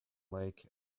lake